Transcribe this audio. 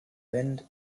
bend